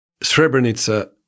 Srebrenica